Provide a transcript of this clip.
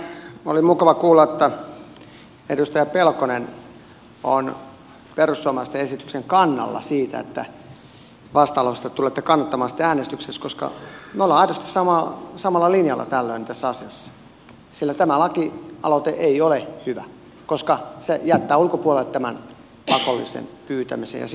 oli mukava kuulla että edustaja pelkonen on perussuomalaisten esityksen kannalla ja vastalausetta tulette kannattamaan sitten äänestyksessä koska me olemme aidosti samalla linjalla tällöin tässä asiassa sillä tämä lakialoite ei ole hyvä koska se jättää ulkopuolelle tämän pakollisen pyytämisen